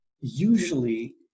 usually